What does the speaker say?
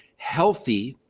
healthy,